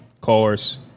Cars